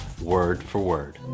word-for-word